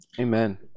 Amen